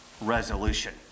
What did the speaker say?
Resolution